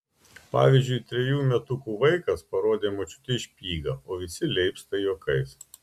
pavyzdžiui trejų metukų vaikas parodė močiutei špygą o visi leipsta juokais